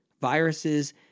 viruses